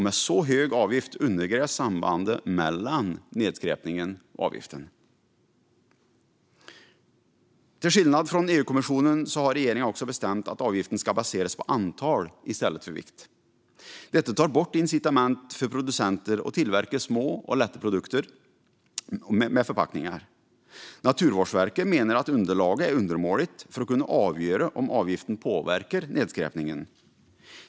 Med så hög avgift undergrävs sambandet mellan nedskräpningen och avgiften. Till skillnad från EU-kommissionen har regeringen också bestämt att avgiften ska baseras på antal i stället för vikt. Detta tar bort incitament för producenter att tillverka små och lätta produkter med förpackningar. Naturvårdsverket menar att underlaget är undermåligt för att kunna avgöra om avgiften påverkar nedskräpningen.